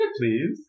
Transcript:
Please